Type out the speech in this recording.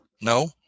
No